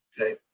Okay